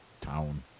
town